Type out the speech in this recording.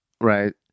Right